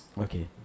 okay